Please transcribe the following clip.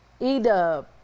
Edub